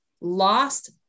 lost